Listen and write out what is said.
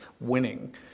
winning